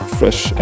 fresh